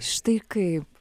štai kaip